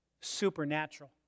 Supernatural